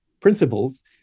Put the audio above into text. principles